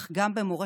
אך גם במורשת